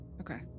Okay